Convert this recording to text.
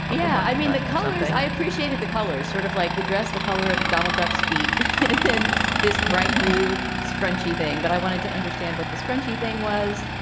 yeah. i mean, that color. i appreciated the colors, sort of like the dress, the color of donald duck's feet and in this bright blue scrunchie thing. but i wanted to understand what the scrunchie thing was.